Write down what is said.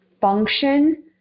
function